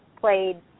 played